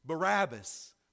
Barabbas